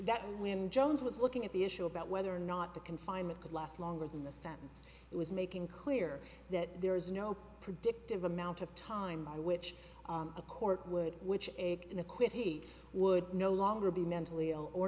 when jones was looking at the issue about whether or not the confinement could last longer than the sentence it was making clear that there is no predictive amount of time by which a court would which in a quick he would no longer be mentally ill or